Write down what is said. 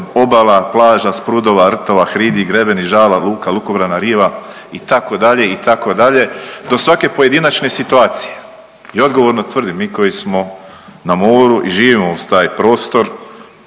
obala, plaža, sprudova, rtova, hridi, grebeni, žala, luka, lukobrana, riva itd., itd., do svake pojedinačne situacije. I odgovorno tvrdim, mi koji smo na moru i živimo uz taj prostor